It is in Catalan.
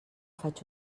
faig